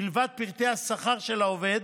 מלבד פרטי השכר של העובד,